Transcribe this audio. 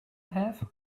have